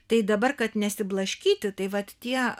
tai dabar kad nesiblaškyti tai vat tie